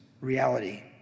reality